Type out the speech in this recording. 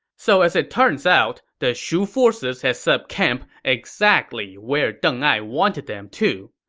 so as it turns out, the shu forces had set up camp exactly where deng ai wanted them to.